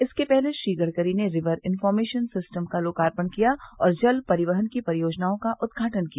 इसके पहले श्री गडकरी ने रिवर इंफार्मेशन सिस्टम का लोकार्पण किया और जल परिवहन की परियोजनाओं का उद्घाटन किया